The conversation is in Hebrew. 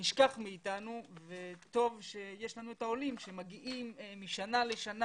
נשכח מאתנו וטוב שיש לנו את העולים שמגיעים - כאשר משנה לשנה